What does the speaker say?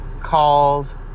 Called